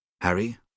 Harry